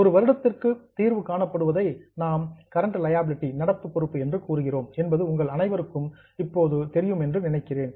ஒரு வருடத்திற்குள் தீர்வு காணப்படுவதை நாம் கரெண்ட் லியாபிலிடீ நடப்பு பொறுப்பு என்று கூறுகிறோம் என்பது உங்கள் அனைவருக்கும் இப்போது தெரியும் என்று நினைக்கிறேன்